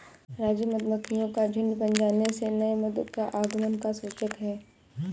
राजू मधुमक्खियों का झुंड बन जाने से नए मधु का आगमन का सूचक है